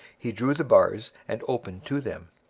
he drew the bars and opened to them.